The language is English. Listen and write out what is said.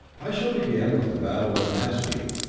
i shall begin with the battle of naseby.